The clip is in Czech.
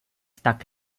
tak